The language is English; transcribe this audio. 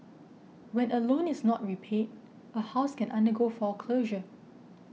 when a loan is not repaid a house can undergo foreclosure